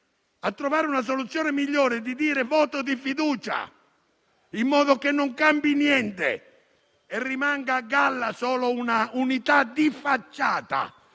a trovare una soluzione migliore del voto di fiducia, che fa sì che non cambi niente e rimanga a galla solo una unità di facciata,